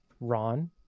ron